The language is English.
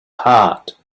heart